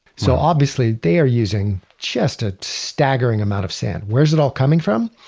so obviously they are using just a staggering amount of sand. where is it all coming from?